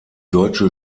deutsche